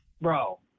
Bro